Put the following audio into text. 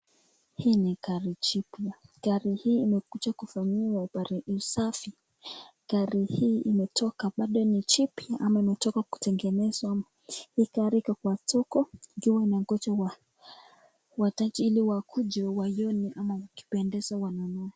Hii ni gari jipya gari hii imekuja kufanyiwa usafi. Gari hii imetoka bado ni jipya ama imetoka kutengenezwa hii gari iko kwa soko ikiwa imegonja wateja ili wakuje waione ama wakipendezwa wanunue.